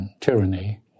tyranny